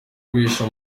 guhisha